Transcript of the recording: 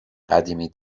قدیمی